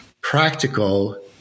practical